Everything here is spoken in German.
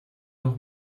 noch